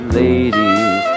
ladies